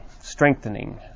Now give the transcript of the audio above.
strengthening